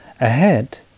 Ahead